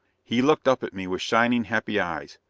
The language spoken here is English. he looked up at me with shining, happy eyes,